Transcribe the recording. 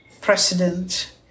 precedent